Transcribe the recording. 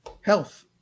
health